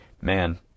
man